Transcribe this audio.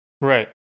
Right